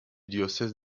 diocèse